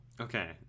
Okay